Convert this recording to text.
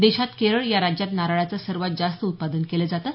देशात केरळ या राज्यात नारळाचं सर्वात जास्त उत्पादन केलं जातं